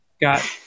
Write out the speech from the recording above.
got